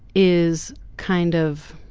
is kind of